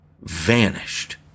vanished